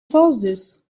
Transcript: pauses